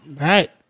Right